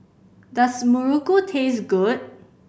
does muruku taste good